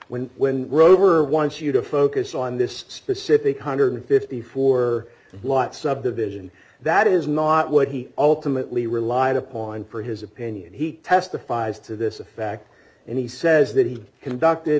when when grover wants you to focus on this specific one hundred and fifty four lots subdivision that is not what he ultimately relied upon for his opinion he testifies to this fact and he says that he conducted